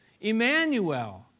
Emmanuel